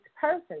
person